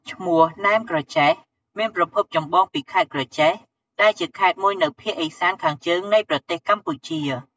ឈ្មោះ “ណែមក្រចេះ” មានប្រភពចម្បងពីខេត្តក្រចេះ ដែលជាខេត្តមួយនៅភាគឦសានខាងជើងនៃប្រទេសកម្ពុជា។